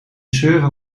server